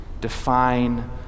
define